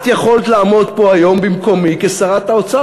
את יכולת לעמוד פה היום במקומי כשרת האוצר.